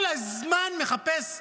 הוא כל הזמן מחפש מלחמות.